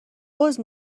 عذر